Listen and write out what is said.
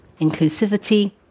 inclusivity